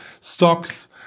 stocks